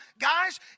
Guys